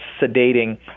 sedating